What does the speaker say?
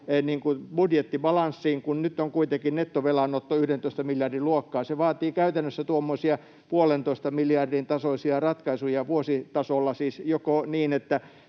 budjetti balanssiin, kun nyt on kuitenkin nettovelanotto 11 miljardin luokkaa. Se vaatii käytännössä tuommoisia puolentoista miljardin tasoisia ratkaisuja vuositasolla, siis joko niin, että